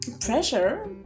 pressure